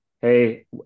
hey